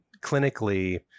clinically